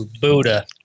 Buddha